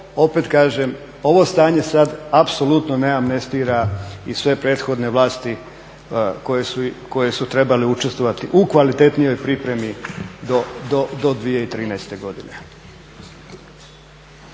opet kažem ovo stanje sad apsolutno nema amnestira i sve prethodne vlasti koje su trebale sudjelovati u kvalitetnijoj pripremi do 2013. Godine.